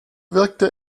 wirkte